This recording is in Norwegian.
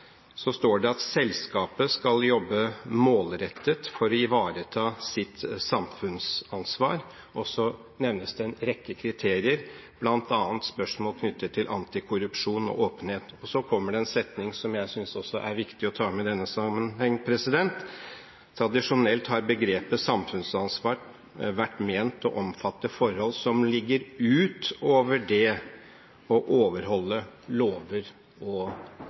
står det: «Selskapet skal arbeide målrettet for å ivareta sitt samfunnsansvar.» Så nevnes det en rekke kriterier, bl.a. spørsmål knyttet til antikorrupsjon og åpenhet, og så kommer det en setning som jeg synes det er viktig å ta med i denne sammenheng: Tradisjonelt har begrepet «samfunnsansvar» vært ment å omfatte forhold som ligger ut over det å overholde lover og